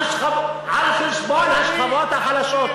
על חשבון השכבות החלשות.